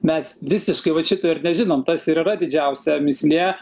mes visiškai vat šito ir nežinom tas ir yra didžiausia mįslė